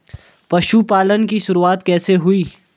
पशुपालन की शुरुआत कैसे हुई?